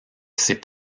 ses